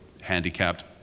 handicapped